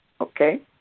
Okay